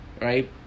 right